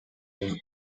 then